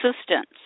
assistance